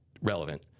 relevant